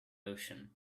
ocean